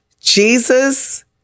Jesus